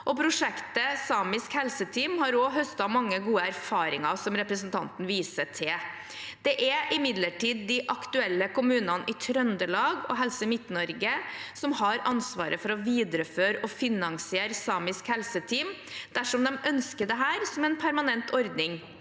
prosjektet Samisk helseteam har også høstet mange gode erfaringer, som representanten viser til. Det er imidlertid de aktuelle kommunene i Trøndelag og Helse Midt-Norge som har ansvaret for å videreføre og finansiere Samisk helseteam dersom de ønsker dette som en permanent ordning.